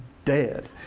dead.